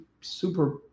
super